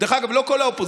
דרך אגב, לא כל האופוזיציה.